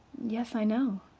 yes, i know,